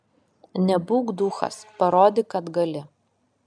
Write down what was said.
nebūk duchas parodyk kad gali